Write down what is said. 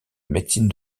médecine